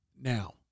Now